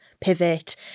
pivot